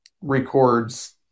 records